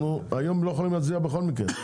היום אנחנו לא יכולים להצביע בכל מקרה,